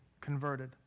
converted